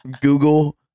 Google